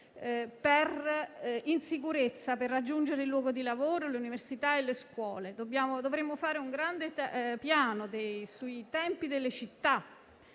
in sicurezza per raggiungere il luogo di lavoro, le università e le scuole. Dovremmo predisporre un grande piano sui tempi delle città.